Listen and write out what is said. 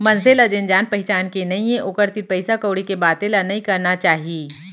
मनसे ल जेन जान पहिचान के नइये ओकर तीर पइसा कउड़ी के बाते ल नइ करना चाही